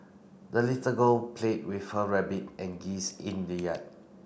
the little girl played with her rabbit and geese in the yard